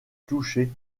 toucher